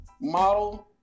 model